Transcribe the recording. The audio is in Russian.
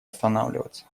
останавливаться